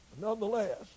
Nonetheless